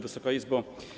Wysoka Izbo!